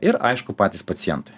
ir aišku patys pacientai